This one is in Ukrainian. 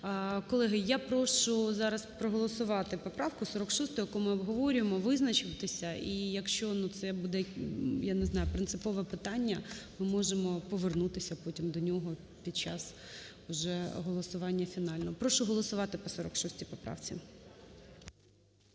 Колеги, я прошу зараз проголосувати поправку 46, яку ми обговорюємо, визначитися. І якщо це буде, я не знаю, принципове питання, ми можемо повернутися потім до нього під час вже голосування фінального. Прошу голосувати по 46 поправці.